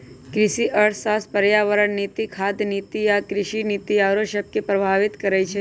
कृषि अर्थशास्त्र पर्यावरण नीति, खाद्य नीति आ कृषि नीति आउरो सभके प्रभावित करइ छै